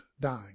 dying